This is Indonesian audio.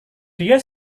dia